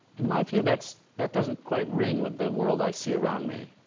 in my view that's that doesn't quite ring with the world i see around me.